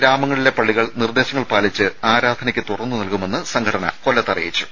ഗ്രാമങ്ങളിലെ പള്ളികൾ നിർദ്ദേശങ്ങൾ പാലിച്ച് ആരാധനയ്ക്ക് തുറന്ന് നൽകുമെന്ന് സംഘടന കൊല്ലത്ത് അറിയിച്ചു